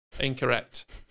Incorrect